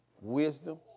wisdom